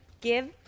give